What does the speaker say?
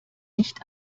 nicht